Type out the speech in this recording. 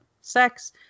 sex